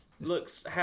looks